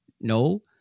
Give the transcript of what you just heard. no